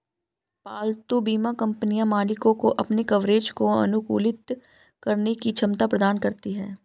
पालतू बीमा कंपनियां मालिकों को अपने कवरेज को अनुकूलित करने की क्षमता प्रदान करती हैं